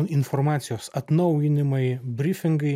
informacijos atnaujinimai brifingai